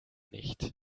nicht